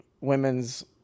women's